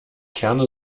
kerne